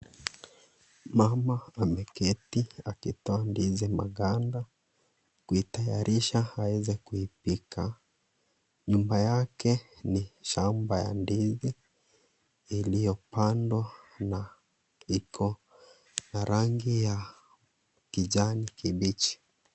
Mama ameketi akitoa ndizi maganga kuitayarisha aweze kuipika. Nyuma yake ni shamba ya ndizi iliyopandwa na iko na rangi ya kijani kibichi.